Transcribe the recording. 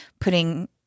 putting